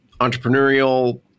entrepreneurial